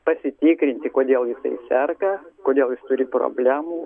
pasitikrinti kodėl jisai serga kodėl jis turi problemų